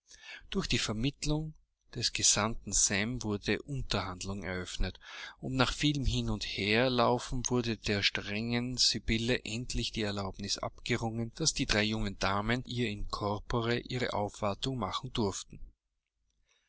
durch die vermittelung des gesandten sam wurden unterhandlungen eröffnet und nach vielem hin und herlaufen wurde der strengen sybille endlich die erlaubnis abgerungen daß die drei jungen damen ihr in corpore ihre aufwartung machen durften